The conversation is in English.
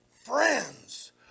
Friends